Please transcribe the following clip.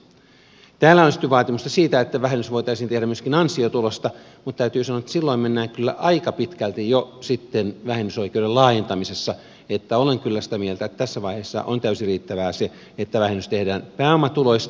täällä on esitetty vaatimusta siitä että vähennys voitaisiin tehdä myöskin ansiotulosta mutta täytyy sanoa että silloin mennään kyllä jo aika pitkälle vähennysoikeuden laajentamisessa niin että olen kyllä sitä mieltä että tässä vaiheessa on täysin riittävää se että vähennys tehdään pääomatuloista